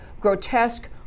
grotesque